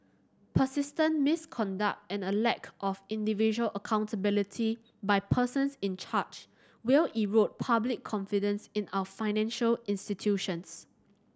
persistent misconduct and a lack of individual accountability by persons in charge will erode public confidence in our financial institutions